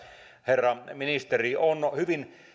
herra ministeri on hyvin